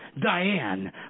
Diane